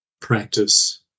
practice